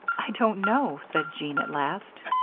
i don't know, said jean, at last.